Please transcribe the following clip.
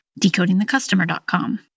decodingthecustomer.com